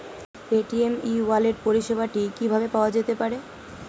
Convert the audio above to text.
Paytm e wallet পরিষেবাটি কিভাবে পাওয়া যেতে পারে?